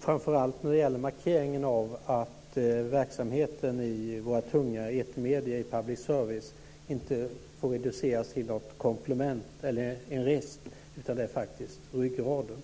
framför allt när det gäller markeringen av att verksamheten i våra tunga etermedier i public service inte får reduceras till något komplement eller en rest, utan den är faktiskt ryggraden.